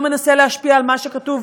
ולא מנסה להשפיע על מה שכתוב,